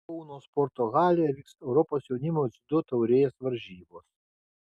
kauno sporto halėje vyks europos jaunimo dziudo taurės varžybos